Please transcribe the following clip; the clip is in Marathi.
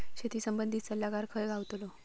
शेती संबंधित सल्लागार खय गावतलो?